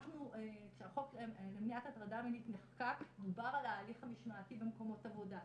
כשהחוק למניעת הטרדה מינית נחקק דובר על ההליך המשמעתי במקומות עבודה.